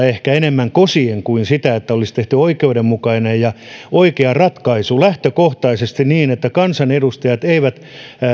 ehkä enemmän kansansuosiota kosien kuin niin että olisi tehty oikeudenmukainen ja oikea ratkaisu lähtökohtaisesti niin että kansanedustajat eivät